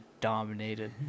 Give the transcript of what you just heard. dominated